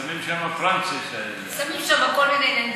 שמים שם, שמים שם כל מיני עניינים.